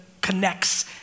connects